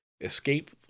escape